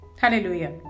Hallelujah